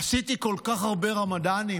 עשיתי כל כך הרבה רמדאנים.